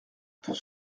pour